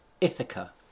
Ithaca